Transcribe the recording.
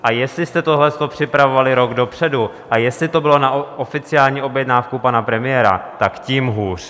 A jestli jste tohle připravovali rok dopředu a jestli to bylo na oficiální objednávku pana premiéra, tak tím hůř.